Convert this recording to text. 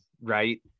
right